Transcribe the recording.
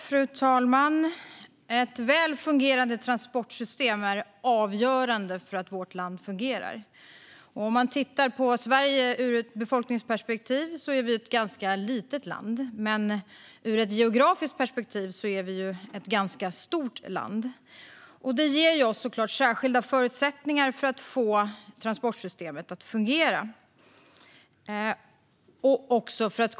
Fru talman! Ett väl fungerande transportsystem är avgörande för att vårt land ska fungera. Om man tittar på Sverige ur ett befolkningsperspektiv är det ett ganska litet land, men ur ett geografiskt perspektiv är det ett ganska stort land. Det innebär såklart att det är särskilda förutsättningar när det gäller att få transportsystemet att fungera i hela landet.